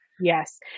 Yes